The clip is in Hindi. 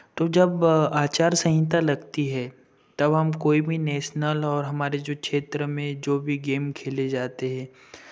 तो जब आचारसंहिता लगती है तब हम कोई भी नेशनल और हमारे जो क्षेत्र में जो भी गेम खेले जाते हैं